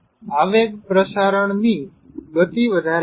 અને આવેગ પ્રસારણની ગતિ વધારે છે